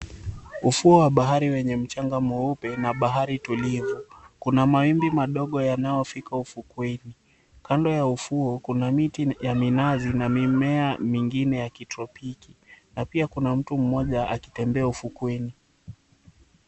Ufuo wa bahari wenye mchanga mweupe na bahari tulivu, kuna mawimbi madogo yanayofika ufukweni, Kando ya ufuo kunamiti ya minazi na mimea mingine ya kitropiki na pia kuna mtu mmoja akitembea ufukweni.